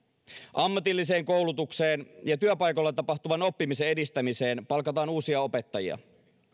ammatilliseen koulutukseen ja työpaikoilla tapahtuvan oppimisen edistämiseen palkataan uusia opettajia